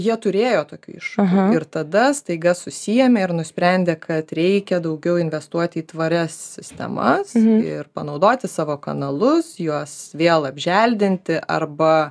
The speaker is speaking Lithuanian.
jie turėjo tokių iššūkių ir tada staiga susiėmė ir nusprendė kad reikia daugiau investuoti į tvarias sistemas ir panaudoti savo kanalus juos vėl apželdinti arba